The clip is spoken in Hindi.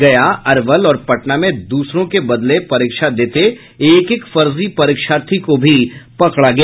गया अरवल और पटना में दूसरे के बदले परीक्षा देते एक एक फर्जी परीक्षार्थी को भी पकड़ा गया